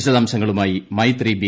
വിശദാംശങ്ങളുമായി മൈത്രി ബി